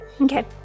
okay